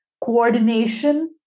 coordination